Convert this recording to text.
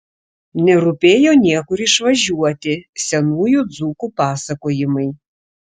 nerūpėjo niekur išvažiuoti senųjų dzūkų pasakojimai